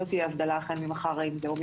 לא תהיה הבדלה החל ממחר האם זה ווריאנט